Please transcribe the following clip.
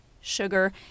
sugar